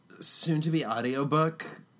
Soon-to-be-audiobook